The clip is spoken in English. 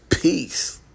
Peace